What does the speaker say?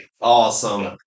Awesome